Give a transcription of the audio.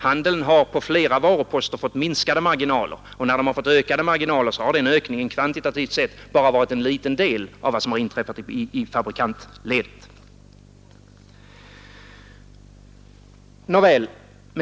Handeln har på flera varuposter fått minskade marginaler och när den har fått ökade marginaler, så har den ökningen kvantitativt sett bara varit en liten del av vad som har inträffat i fabrikantledet.